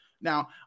Now